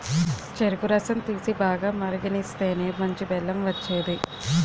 చెరుకు రసం తీసి, బాగా మరిగిస్తేనే మంచి బెల్లం వచ్చేది